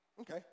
Okay